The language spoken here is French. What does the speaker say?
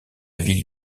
ville